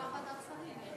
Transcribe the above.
זה עבר ועדת שרים.